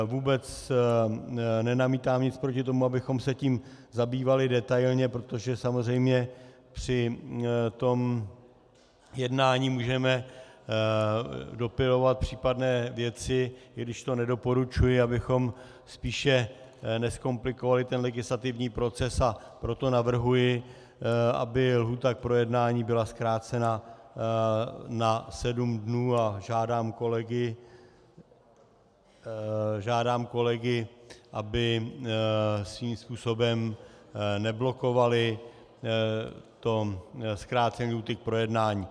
Vůbec nenamítám nic proti tomu, abychom se tím zabývali detailně, protože samozřejmě při tom jednání můžeme dopilovat případné věci, i když to nedoporučuji, abychom spíše nezkomplikovali legislativní proces, a proto navrhuji, aby lhůta k projednání byla zkrácena na sedm dnů, a žádám kolegy, aby svým způsobem neblokovali zkrácení lhůty k projednání.